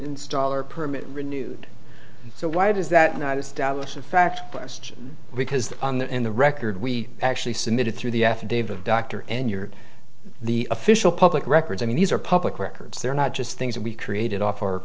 install or permit renewed so why does that not establish a fact question because in the record we actually submitted through the affidavit dr and your the official public records i mean these are public records they're not just things that we created off our